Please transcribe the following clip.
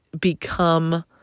become